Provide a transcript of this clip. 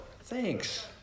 thanks